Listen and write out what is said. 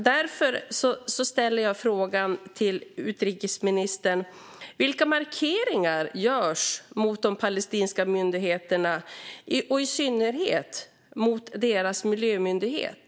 Därför ställer jag frågan till utrikesministern: Vilka markeringar görs mot de palestinska myndigheterna och i synnerhet mot deras miljömyndighet?